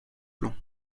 plans